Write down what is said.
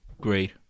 great